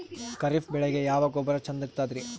ಖರೀಪ್ ಬೇಳಿಗೆ ಯಾವ ಗೊಬ್ಬರ ಚಂದ್ ಇರತದ್ರಿ?